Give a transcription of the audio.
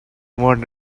want